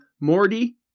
Morty